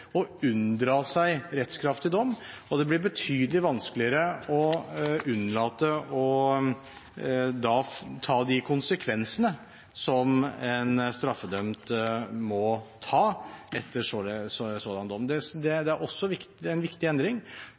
å unndra seg rettskraftig dom, og det blir betydelig vanskeligere å unnlate å ta de konsekvensene som en straffedømt må ta etter en slik dom. Det er en viktig endring, for ankefristen begynner da å løpe på et mye tidligere tidspunkt. Slik får vi nå en